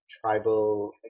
tribal